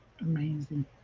Amazing